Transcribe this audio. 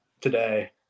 Today